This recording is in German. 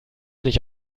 nicht